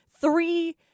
three